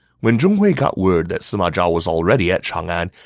when zhong hui got word that sima zhao was already at chang'an,